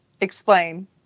Explain